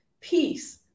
peace